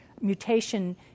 mutation